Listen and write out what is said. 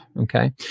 Okay